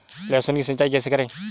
लहसुन की सिंचाई कैसे करें?